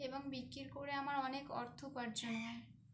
এবং বিক্রির করে আমার অনেক অর্থ উপার্জন হয়